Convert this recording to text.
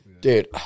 Dude